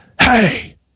Hey